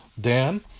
Dan